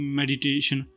meditation